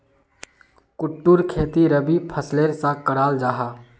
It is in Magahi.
कुट्टूर खेती रबी फसलेर सा कराल जाहा